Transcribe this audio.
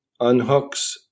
unhooks